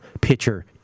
pitcher